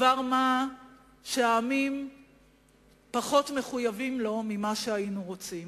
דבר שהעמים פחות מחויבים לו מכפי שהיינו רוצים.